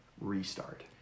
restart